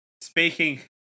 Speaking